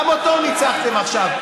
גם אותו ניצחתם עכשיו.